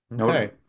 Okay